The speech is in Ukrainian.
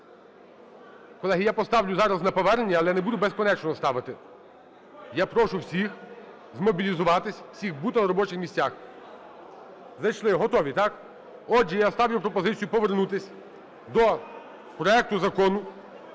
Колеги, я поставлю зараз на повернення, але не буду безкінечно ставити. Я прошу всіх змобілізуватися, всіх бути на робочих місцях. Зайшли, готові, так? Отже, я ставлю пропозицію повернутися до проекту Закону